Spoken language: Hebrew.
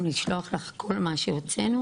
זה חלק מההודעה של